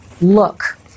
look